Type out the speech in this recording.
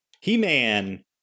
He-Man